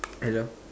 hello